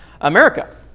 America